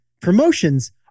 Promotions